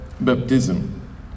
baptism